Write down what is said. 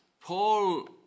Paul